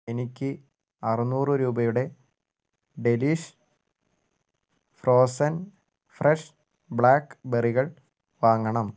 എനിക്ക് അറുനൂറ് രൂപയുടെ ഡെലീഷ് ഫ്രോസൺ ഫ്രഷ് ബ്ലാക്ക്ബെറികൾ വാങ്ങണം